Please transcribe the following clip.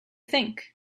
think